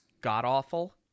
god-awful